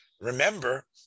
remember